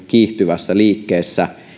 kiihtyvässä liikkeessä